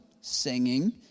singing